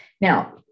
now